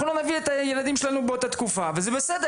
זה יקרה אז לא נביא את הילדים שלנו לטייל גם שם וזה בסדר.